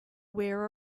where